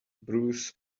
bruce